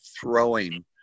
throwing